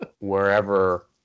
wherever